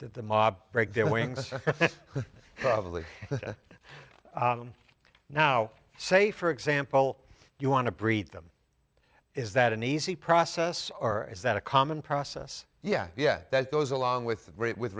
the mob break their wings probably now say for example you want to breed them is that an easy process or is that a common process yeah yeah that goes along with